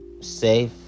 safe